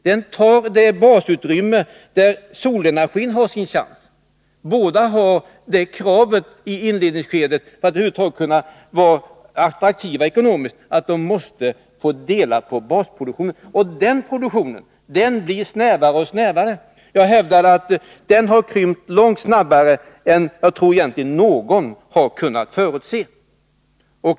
De tar i anspråk det basutrymme där solenergin skulle ha sin chans. För både kol och sol krävs i inledningsskedet, för att de över huvud taget kan vara ekonomiskt attraktiva, att de måste få dela på basproduktionen. Och dens.k. basproduktionen blir allt mindre. Jag hävdar att den har krympt långt snabbare än egentligen någon hade kunnat förutse.